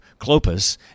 Clopas